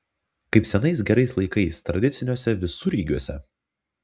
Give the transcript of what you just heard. kaip senais gerais laikais tradiciniuose visureigiuose